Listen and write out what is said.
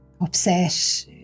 upset